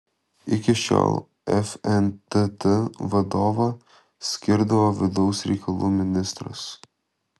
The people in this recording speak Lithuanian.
iki šiol fntt vadovą skirdavo vidaus reikalų ministras